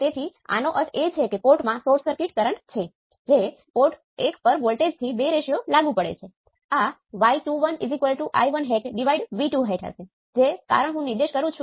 તેથી મારી સર્કિટ આ બની જાય છે અને આ Vd છે અને આ A0 Vd છે